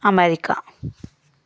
America